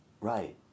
right